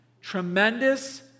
Tremendous